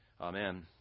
Amen